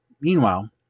Meanwhile